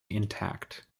intact